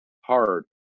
hard